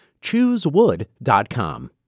Choosewood.com